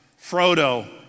Frodo